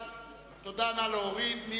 ירים את ידו.